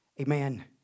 amen